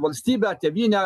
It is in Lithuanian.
valstybę ar tėvynę